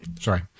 Sorry